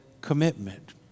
commitment